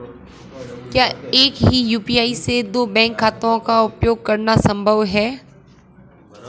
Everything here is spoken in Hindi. क्या एक ही यू.पी.आई से दो बैंक खातों का उपयोग करना संभव है?